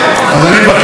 יואל.